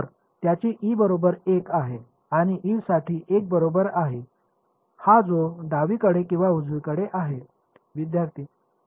तर त्याची e बरोबर 1 आहे आणि e साठी 1 बरोबर आहे हा जो डावीकडे किंवा उजवीकडे आहे